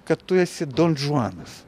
kad tu esi donžuanas